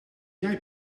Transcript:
jij